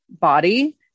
body